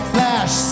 Flash